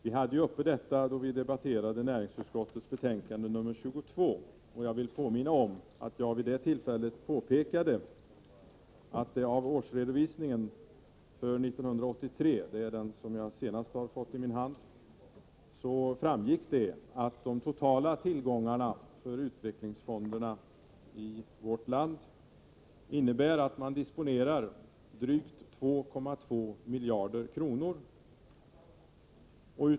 Vi hade detta spörsmål uppe till behandling då vi diskuterade näringsutskottets betänkande nr 22, och jag vill påminna om att jag vid det tillfället påpekade att det av årsredovisningen för 1983 — det är den senaste som jag har fått i min hand — framgick att de totala tillgångar som utvecklingsfonderna i vårt land disponerar uppgår till drygt 2,2 miljarder kronor.